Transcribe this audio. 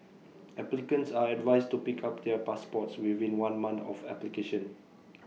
applicants are advised to pick up their passports within one month of application